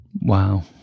Wow